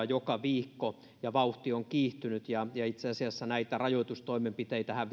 joka viikko ja vauhti on kiihtynyt itse asiassa näitä rajoitustoimenpiteitähän